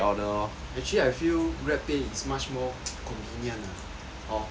actually I feel GrabPay is much more convenient ah hor